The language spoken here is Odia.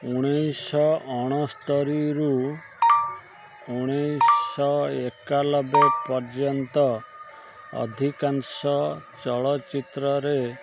ଉଣେଇଶି ଅଣସ୍ତୋରୀରୁ ଉଣେଇଶି ଏକାଲବେ ପର୍ଯ୍ୟନ୍ତ ଅଧିକାଂଶ ଚଳଚ୍ଚିତ୍ରରେ